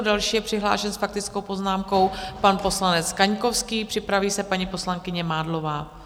Další je přihlášen s faktickou poznámkou pan poslanec Kaňkovský, připraví se paní poslankyně Mádlová.